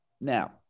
Now